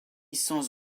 sans